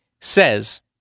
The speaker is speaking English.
says